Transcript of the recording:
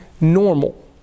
normal